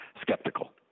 skeptical